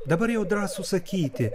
dabar jau drąsu sakyti